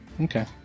Okay